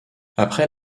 après